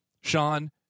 Sean